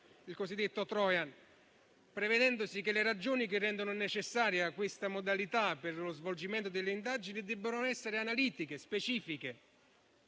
il cosiddetto *trojan*, prevedendo che le ragioni che rendono necessaria questa modalità per lo svolgimento delle indagini debbano essere analitiche e specifiche.